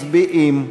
מצביעים.